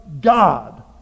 God